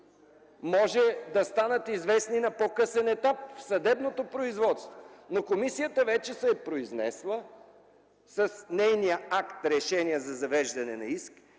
може да станат известни на по-късен етап – в съдебното производство, но комисията вече се е произнесла с нейния акт – решение за завеждане на иск,